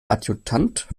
adjutant